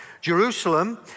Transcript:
Jerusalem